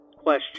Question